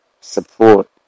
support